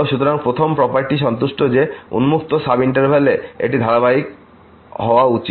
সুতরাং প্রথম প্রপার্টি সন্তুষ্ট যে এই উন্মুক্ত সাব ইন্টারভ্যালে এটি ধারাবাহিক হওয়া উচিত